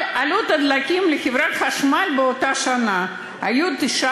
אבל עלות הדלקים לחברת החשמל באותה שנה הייתה 9